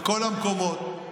בכל המקומות,